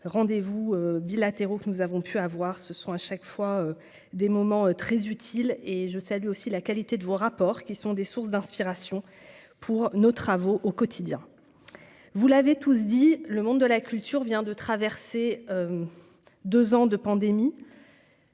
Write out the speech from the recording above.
rendez-vous bilatéraux que nous avons pu avoir ce sont à chaque fois des moments très utile et je salue aussi la qualité de vos rapports qui sont des sources d'inspiration pour nos travaux au quotidien, vous l'avez tous dit : Le monde de la culture vient de traverser 2 ans de pandémie.